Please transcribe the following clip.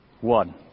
one